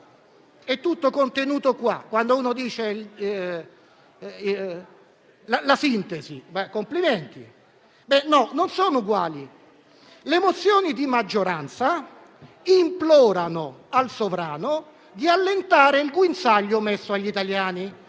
in un ordine del giorno. Quando si dice la sintesi! Complimenti. No, non sono uguali: le mozioni di maggioranza implorano al sovrano di allentare il guinzaglio messo agli italiani: